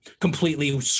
completely